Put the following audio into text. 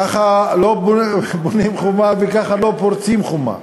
ככה לא בונים חומה וככה לא פורצים חומה.